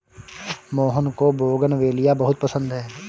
मोहन को बोगनवेलिया बहुत पसंद है